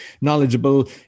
knowledgeable